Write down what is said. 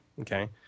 okay